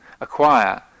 acquire